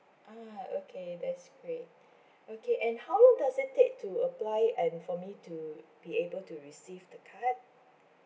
ah okay that's great okay and how long does it take to apply and for me to be able to receive the card